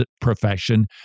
profession